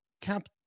Cap